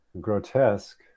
grotesque